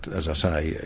as i say,